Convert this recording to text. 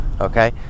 Okay